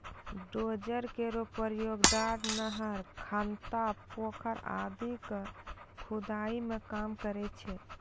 dozer केरो प्रयोग डार, नहर, खनता, पोखर आदि क खुदाई मे काम करै छै